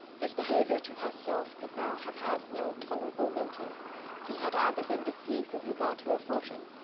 his behaviour to herself could now have had no tolerable motive he had either been deceived with regard to her fortune,